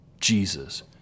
Jesus